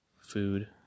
food